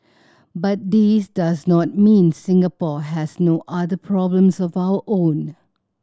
but this does not mean Singapore has no other problems of our own